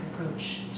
approach